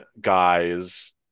guys